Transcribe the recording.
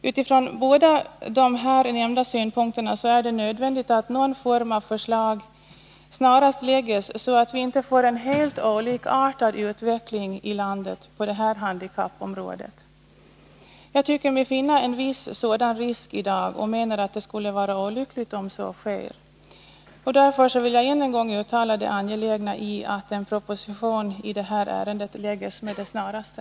Utifrån båda de här nämnda synpunkterna är det nödvändigt att någon form av förslag snarast framläggs, så att vi inte får en helt olikartad utveckling i landet på detta handikappområde. Jag tycker mig finna en viss sådan risk i dag och menar att det skulle vara olyckligt om så sker. Därför vill jag än en gång uttala det angelägna i att en proposition i detta ärende framläggs med det snaraste.